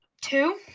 two